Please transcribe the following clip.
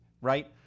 right